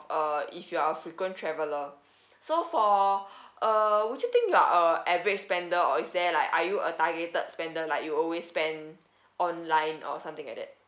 uh if you're a frequent traveller so for uh would you think you're a average spender or is there like are you a targeted spender like you always spend online or something like that